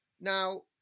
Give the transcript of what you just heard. Now